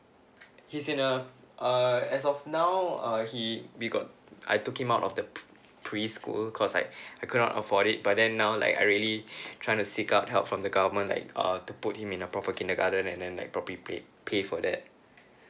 he is in a uh as of now err he we got I took him out of the preschool cause like I cannot afford it but then now like I really trying to seek out help from the government like err to put him in a proper kindergarten and then like properly pay pay for that